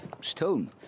stone